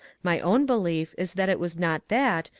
my own belief is that it was not that,